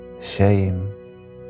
shame